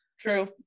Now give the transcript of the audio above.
true